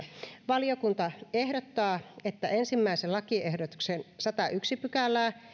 valiokunta ehdottaa että ensimmäisen lakiehdotuksen sadattaensimmäistä pykälää